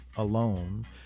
alone